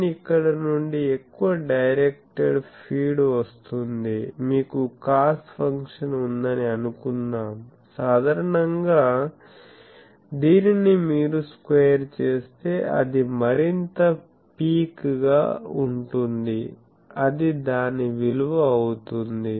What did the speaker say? n ఇక్కడ నుండి ఎక్కువ డైరెక్టెడ్ ఫీడ్ వస్తుంది మీకు cos ఫంక్షన్ ఉందని అనుకుందాం సాధారణంగా దీనిని మీరు స్క్వేర్ చేస్తే అది మరింత పీక్peaky గా ఉంటుంది అది దాని విలువ అవుతుంది